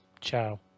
Ciao